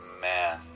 man